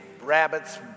rabbits